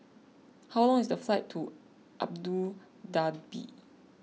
how long is the flight to Abu Dhabi